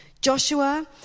Joshua